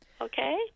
okay